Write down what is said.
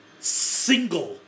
...single